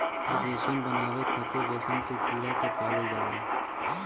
रेशम बनावे खातिर रेशम के कीड़ा के पालल जाला